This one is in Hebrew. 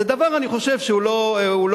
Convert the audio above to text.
זה דבר, אני חושב, שהוא לא ראוי.